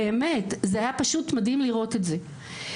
זה היה פשוט מדהים לראות את זה.